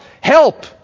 help